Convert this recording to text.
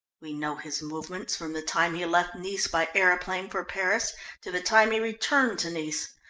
we know his movements from the time he left nice by aeroplane for paris to the time he returned to nice.